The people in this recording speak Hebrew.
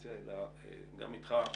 הקואליציה אלא גם אתך,